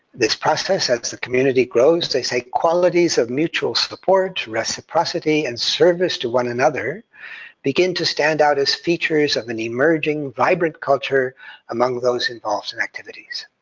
this process as the community grows. they say qualities of mutual support, reciprocity, and service to one another begin to stand out as features of an emerging, vibrant culture among those involved in activities.